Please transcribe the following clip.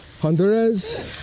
Honduras